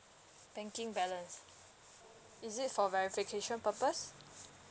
banking balance is it for verification purpose